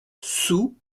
sous